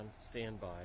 standby